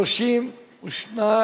התשע"ב 2011,